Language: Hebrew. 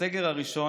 בסגר הראשון,